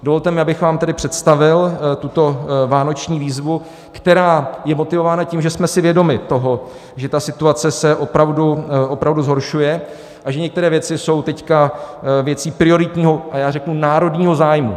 Dovolte mi, abych vám tedy představil tuto vánoční výzvu, která je motivována tím, že jsme si vědomi toho, že situace se opravdu zhoršuje a že některé věci jsou teď věcí prioritního a já řeknu národního zájmu.